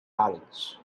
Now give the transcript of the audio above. parrots